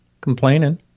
Complaining